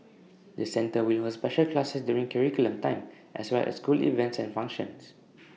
the centre will hold special classes during curriculum time as well as school events and functions